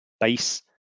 base